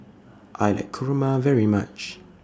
I like Kurma very much